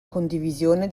condivisione